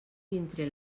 dintre